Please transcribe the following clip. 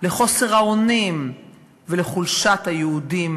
לחוסר האונים ולחולשת היהודים.